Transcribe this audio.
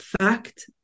fact